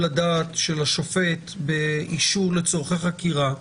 הדעת של השופט באישור לצורכי חקירה,